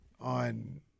on